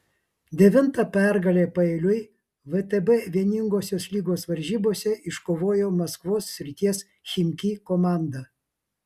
devintą pergalę paeiliui vtb vieningosios lygos varžybose iškovojo maskvos srities chimki komanda